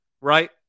right